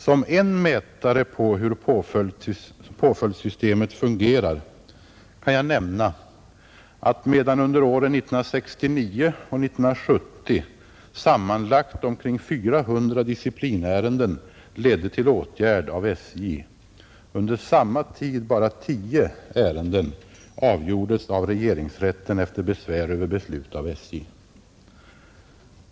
Som en mätare på hur påföljdssystemet fungerar kan jag nämna att, medan under åren 1969 och 1970 sammanlagt omkring 400 disciplinärenden ledde till åtgärd av SJ, under samma tid bara 10 ärenden avgjordes av regeringsrätten efter besvär över beslut av SJ.